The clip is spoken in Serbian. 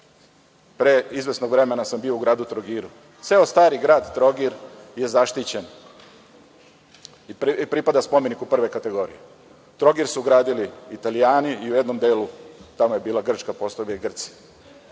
Pre izvesnog vremena sam bio u gradu Trogiru. Ceo stari grad Trogir je zaštićen i pripada spomeniku prve kategorije. Trogir su gradili Italijani i u jednom delu tamo je bila Grčka, pa ostade Grčkoj.